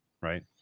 right